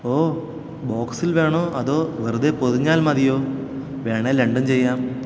ഓ ബോക്സിൽ വേണോ അതോ വെറുതെ പൊതിഞ്ഞാൽ മതിയോ വേണമെങ്കിൽ രണ്ടും ചെയ്യാം